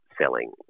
selling